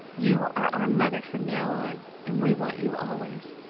you are our mother from now on and we want you always.